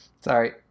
sorry